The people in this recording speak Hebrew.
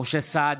משה סעדה,